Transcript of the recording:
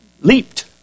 leaped